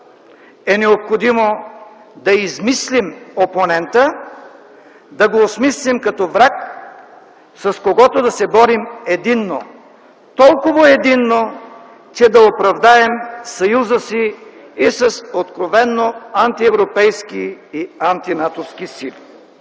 е необходимо да измислим опонента, да го осмислим като враг, с когото да се борим единно! Толкова единно, че да оправдаем съюза си и с откровено антиевропейски и антинатовски сили.